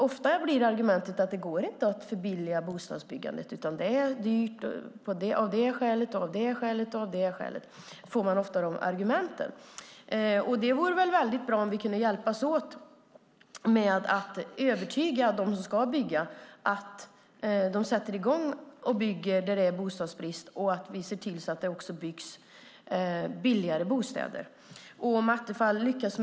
Ofta blir argumentet att det inte går att förbilliga bostadsbyggandet. Det är dyrt av det och det skälet. Det vore bra om vi kunde hjälpas åt att övertyga dem som ska bygga att bygga där det råder bostadsbrist och att det blir fråga om billigare bostäder. Jag välkomnar varmt om Attefall lyckas.